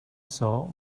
saw